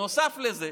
נוסף לזה,